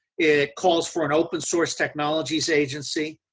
it calls for an open source technologies agency.